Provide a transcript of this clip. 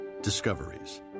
discoveries